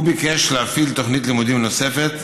והוא ביקש להפעיל תוכנית לימודים נוספת